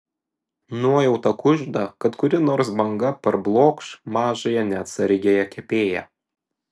nuojauta kužda kad kuri nors banga parblokš mažąją neatsargiąją kepėją